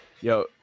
Yo